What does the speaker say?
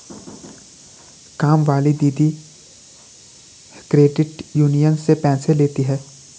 कामवाली दीदी credit union से पैसे लेती हैं